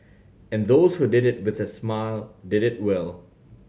and those who did it with a smile did it well